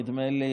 נדמה לי,